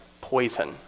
poison